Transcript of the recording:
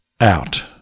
out